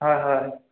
হয় হয়